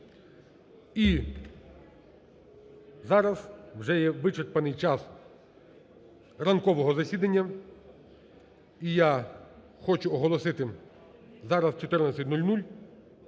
І зараз вже є вичерпаний час ранкового засідання. І я хочу оголосити зараз, в 14:00,